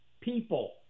people